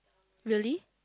really